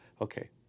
okay